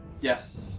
Yes